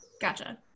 Gotcha